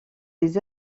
des